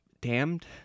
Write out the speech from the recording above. Damned